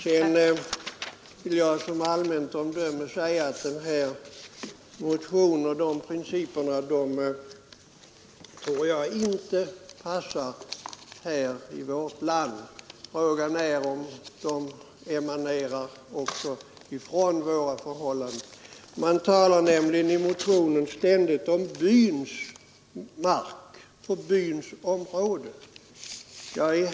Sedan vill jag som allmänt omdöme säga att jag inte tror att de principer som föreslås i motionen passar i vårt land. Frågan är om de emanerar från våra förhållanden. Man talar nämligen ständigt i motionen om ”byns mark” och ”byns område”.